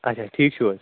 اَچھا ٹھیٖک چھُو حظ